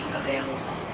available